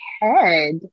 head